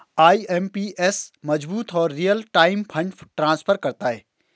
IMPS मजबूत और real time fund transfer प्रदान करता है